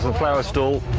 flower stall.